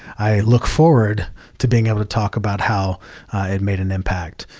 i look forward to being able to talk about how it made an impact.